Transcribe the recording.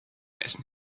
essen